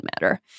matter